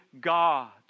God